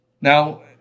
now